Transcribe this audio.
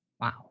Wow